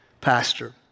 pastor